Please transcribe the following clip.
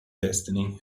destiny